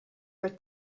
for